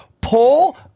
pull